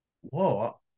whoa